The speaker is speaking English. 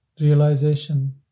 realization